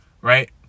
Right